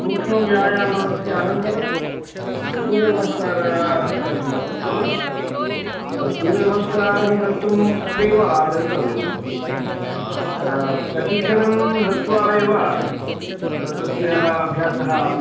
सूक्ष्मव्यायामस्य अनन्तरं सूर्यनमस्कारः कर्तुम् अर्हति सूर्यनमस्कारं कर्तुम् अत्रैव आगन्तव्यम् प्रशिक्षणं दत्वा एव तस्य अभ्यासः